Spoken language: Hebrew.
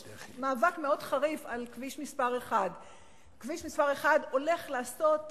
מאבק מאוד חריף על כביש מס' 1. כביש מס' 1 הולך לעוות